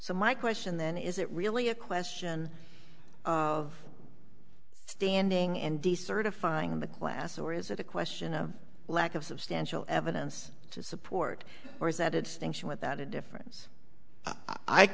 so my question then is it really a question of standing and decertifying the glass or is it a question of lack of substantial evidence to support or is that it stinks and with that a difference i